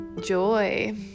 joy